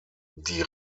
die